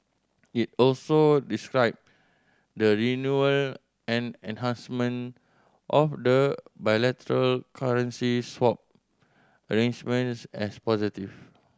it also described the renewal and enhancement of the bilateral currency swap arrangement as positive